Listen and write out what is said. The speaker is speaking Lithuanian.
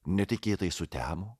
netikėtai sutemo